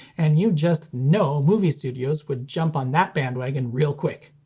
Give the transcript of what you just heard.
and you just know movie studios would jump on that bandwagon real quick.